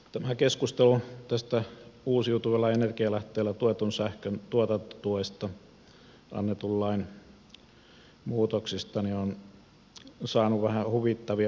tämä keskustelu tästä uusiutuvilla energianlähteillä tuotetun sähkön tuotantotuesta annetun lain muutoksesta on saanut vähän huvittavia piirteitä